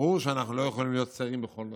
ברור שאנחנו לא יכולים להיות שרים בכל נושא,